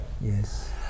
Yes